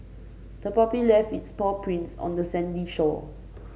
the puppy left its paw prints on the sandy shore